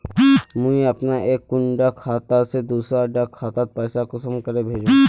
मुई अपना एक कुंडा खाता से दूसरा डा खातात पैसा कुंसम करे भेजुम?